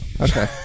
Okay